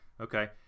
Okay